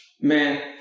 Man